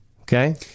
Okay